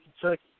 Kentucky